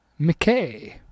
McKay